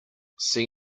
see